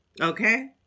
okay